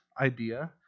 idea